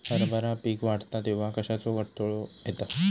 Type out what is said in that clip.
हरभरा पीक वाढता तेव्हा कश्याचो अडथलो येता?